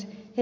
heti ed